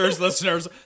listeners